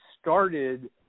started